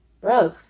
bro